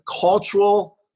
cultural